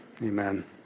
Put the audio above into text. Amen